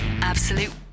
Absolute